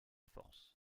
force